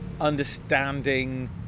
understanding